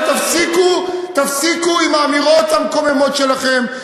ותפסיקו עם האמירות המקוממות שלכם,